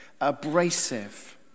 abrasive